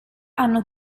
hanno